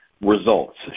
results